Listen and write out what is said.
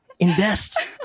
invest